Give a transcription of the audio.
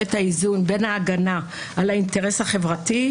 את האיזון בין ההגנה על האינטרס החברתי,